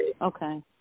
Okay